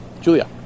Julia